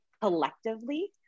collectively